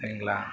சரிங்களா